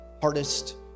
hardest